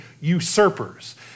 usurpers